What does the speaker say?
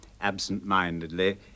absent-mindedly